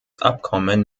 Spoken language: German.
abkommen